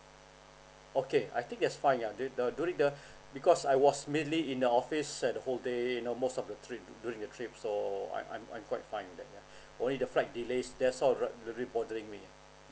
okay I think that's fine ya the during the because I was mainly in the office sat the whole day you know most of the trip during the trip so I I'm I'm quite fine with that ya only the flight delays that's all rea~ really bothering me